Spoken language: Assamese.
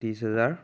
ত্ৰিছ হেজাৰ